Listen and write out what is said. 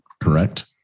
correct